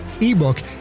ebook